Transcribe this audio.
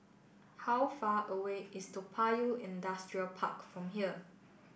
how far away is Toa Payoh Industrial Park from here